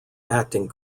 acting